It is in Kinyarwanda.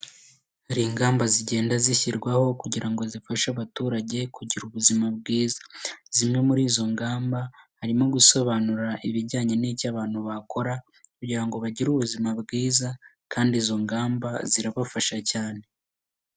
Hari ingamba zigenda zishyirwaho kugira ngo zifashe abaturage kugira ubuzima bwiza. Zimwe muri izo ngamba harimo gusobanura ibijyanye n'icyo abantu bakora kugira ngo bagire ubuzima bwiza kandi izo ngamba zirabafasha cyane.